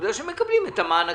אלא בגלל שהם מקבלים את המענקים?